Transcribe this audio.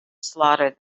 slaughter